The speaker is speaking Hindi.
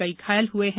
कई घायल ह्ए हैं